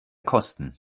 kosten